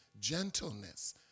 gentleness